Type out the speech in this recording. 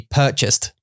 purchased